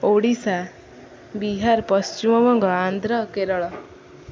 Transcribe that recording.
Odisha Bihar Paschimbanga Andhra Kerala